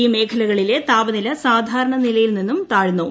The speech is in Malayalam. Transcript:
ഈ മേഖലകളിലെ താപനില സാധാരണ നിലയിൽ നിന്ന് താഴ്ന്നു